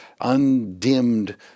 undimmed